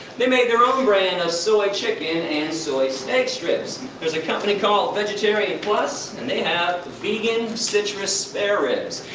they made their own brand of soy chicken and soy steak strips. there's a company called vegetarian plus, and they have vegan, citrus spareribs.